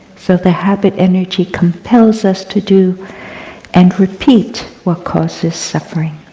so the habit energy compels us to do and repeat what causes suffering.